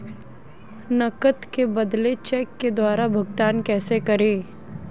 नकद के बदले चेक द्वारा भुगतान कैसे करें?